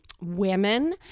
women